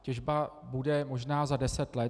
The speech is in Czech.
Těžba bude možná za deset let.